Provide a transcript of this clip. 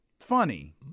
funny